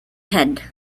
head